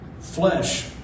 Flesh